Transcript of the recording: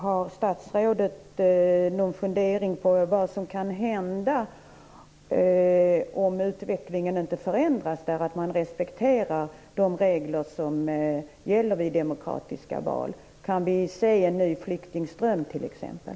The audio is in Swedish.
Har statsrådet någon fundering på vad som kan hända om utvecklingen inte förändras så att man respekterar de regler som gäller vid demokratiska val? Kan vi se en ny flyktingström t.ex.?